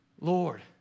Lord